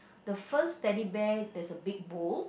the first Teddy Bear there's a big bow